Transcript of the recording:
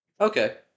Okay